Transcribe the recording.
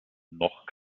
noch